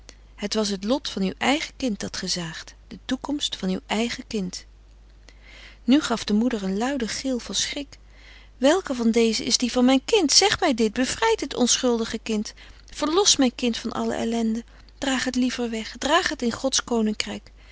het was het lot van uw eigen kind dat ge zaagt de toekomst van uw eigen kind nu gaf de moeder een luiden gil van schrik welke van deze is die van mijn kind zeg mij dit bevrijd het onschuldige kind verlos mijn kind van alle ellende draag het liever weg draag het in gods koninkrijk